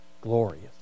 glorious